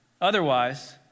Otherwise